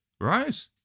Right